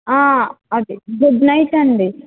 అది good night అండి